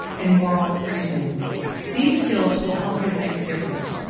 and moral reasoning these skills will help you to make a difference.